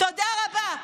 תודה רבה.